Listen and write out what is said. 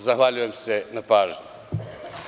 Zahvaljujem se na pažnji.